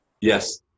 Yes